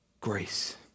grace